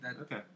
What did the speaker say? Okay